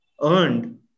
earned